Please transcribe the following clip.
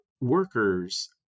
workers